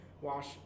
wash